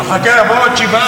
אבל חכה, יבואו עוד שבעה.